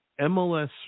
MLS